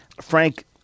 frank